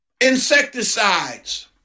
insecticides